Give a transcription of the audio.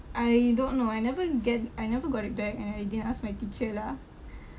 I don't know I never get I never got it back and then I didn't ask my teacher lah